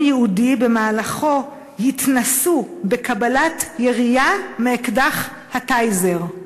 ייעודי שבמהלכו יתנסו בקבלת ירייה מאקדח "טייזר".